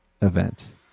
Event